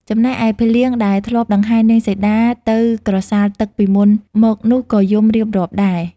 ចំណែកឯភីលៀងដែលធ្លាប់ដង្ហែរនាងសីតាទៅក្រសាលទឹកពីមុនមកនោះក៏យំរៀបរាប់ដែរ។